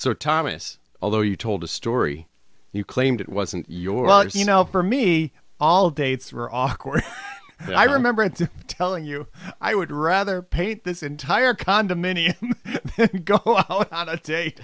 so thomas although you told a story you claimed it wasn't your well you know for me all dates were awkward and i remember telling you i would rather pay this entire condominium go on a date